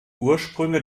ursprünge